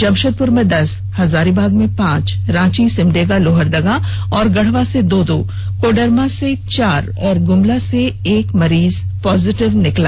जमषेदपुर में दस हजारीबाग से पांच रांची सिमडेगा लोहरदगा और गढ़वा से दो दो कोडरमा में चार और गुमला में एक मरीज पॉजिटिव निकले